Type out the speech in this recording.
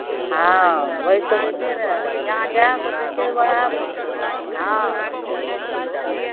हँ ओही सोचै छियै ने यहाँ जएह सोचै छियै उएह हँ